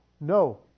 no